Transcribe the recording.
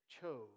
chose